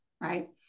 right